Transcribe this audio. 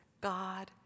God